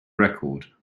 record